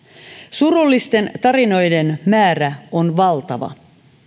surullisten tarinoiden määrä on valtava